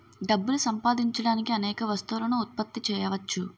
డబ్బులు సంపాదించడానికి అనేక వస్తువులను ఉత్పత్తి చేయవచ్చు